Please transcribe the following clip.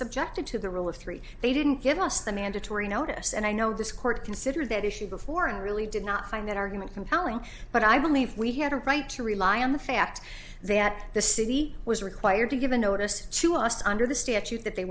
subjected to the rule of three they didn't give us the mandatory notice and i know this court considered that issue before and really did not find that argument compelling but i believe we had a right to rely on the fact that the city was required to give a notice to us under the statute th